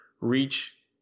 reach